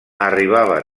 arribava